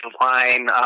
line